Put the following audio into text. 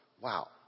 Wow